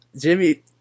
Jimmy